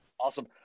Awesome